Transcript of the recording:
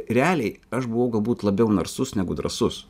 realiai aš buvau galbūt labiau narsus negu drąsus